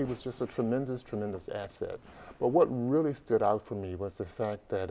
he was just a tremendous tremendous asset but what really stood out for me was the fact that